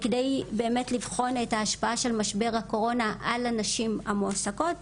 על מנת באמת לבחון את ההשפעה של משבר הקורונה על הנשים המועסקות,